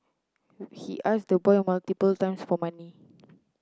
he asked the boy multiple times for money